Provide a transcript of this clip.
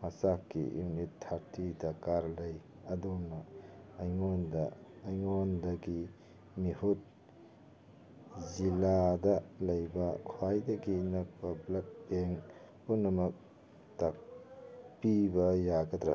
ꯃꯆꯥꯛꯀꯤ unit ꯊꯥꯔꯇꯤ ꯗꯔꯀꯥꯔ ꯂꯩ ꯑꯗꯣꯝ ꯑꯩꯉꯣꯟꯗꯒꯤ ꯃꯤꯍꯨꯠ ꯖꯤꯂꯥꯗ ꯂꯩꯕ ꯈ꯭ꯋꯥꯏꯗꯒꯤ ꯅꯛꯄ ꯕ꯭ꯂꯠ ꯕꯦꯡ ꯄꯨꯝꯅꯃꯛ ꯇꯥꯛꯄꯤꯕ ꯌꯥꯒꯗ꯭ꯔꯥ